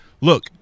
look